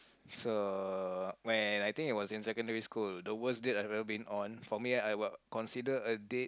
so when I think it was in secondary school the worst date I've ever been on for me I would consider a date